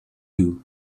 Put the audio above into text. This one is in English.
you